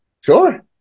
Sure